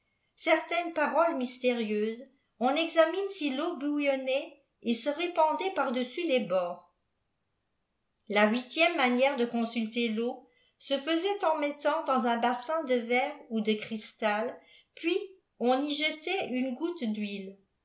certaines parles mystérieuses on examine si teau bouillonnait et seré an faitipar dessus les bords la huitième manière de consulter l'eau se faisait en en mettant dans un bassin de verre ou decrisjal puis on y jetait une goutte d'huile